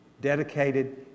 dedicated